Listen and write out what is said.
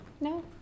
No